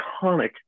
iconic